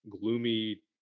gloomy